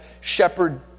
shepherd